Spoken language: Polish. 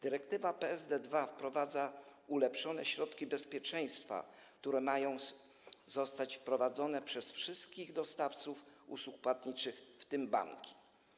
Dyrektywa PSD2 wprowadza ulepszone środki bezpieczeństwa, które mają zostać wprowadzone przez wszystkich dostawców usług płatniczych, w tym banki.